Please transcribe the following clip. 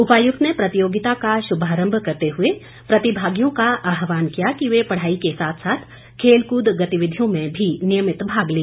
उपायुक्त ने प्रतियोगिता का शुभारम्भ करते हुए प्रतिभागियों का आहवान किया कि वे पढ़ाई के साथ साथ खेल कूद गतिविधियों में भी नियमित भाग लें